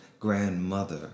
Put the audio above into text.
Grandmother